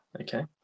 okay